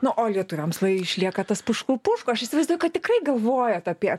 na o lietuviams lai išlieka tas pušku pušku aš įsivaizduoju kad tikrai galvojat apie